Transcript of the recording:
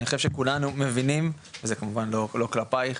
אני חושב שכולנו מבינים וזה כמובן לא כלפייך,